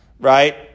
right